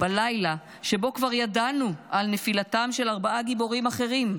בלילה שבו כבר ידענו על נפילתם של ארבעה גיבורים אחרים,